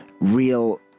real